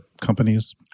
companies